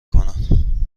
کنند